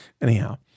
Anyhow